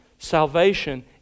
Salvation